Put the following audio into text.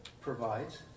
provides